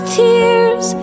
tears